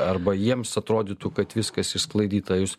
arba jiems atrodytų kad viskas išsklaidyta jūs